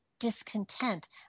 discontent